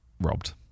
robbed